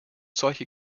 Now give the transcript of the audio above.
solche